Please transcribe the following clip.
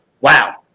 Wow